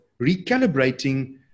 recalibrating